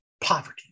poverty